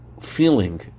feeling